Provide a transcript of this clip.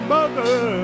Mother